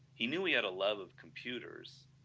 he knew he had a love of computers,